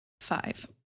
Five